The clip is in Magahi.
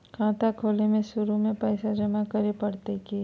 खाता खोले में शुरू में पैसो जमा करे पड़तई की?